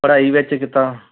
ਪੜ੍ਹਾਈ ਵਿੱਚ ਕਿੱਦਾਂ